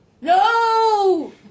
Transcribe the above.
No